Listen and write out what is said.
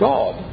God